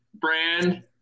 brand